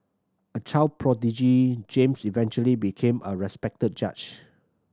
a child prodigy James eventually became a respected judge